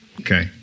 Okay